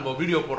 video